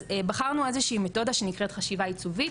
אז בחרנו איזושהי מתודה שנקראת חשיבה עיצובית,